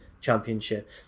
Championship